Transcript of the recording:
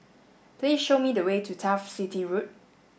please show me the way to Turf City Road